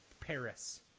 Paris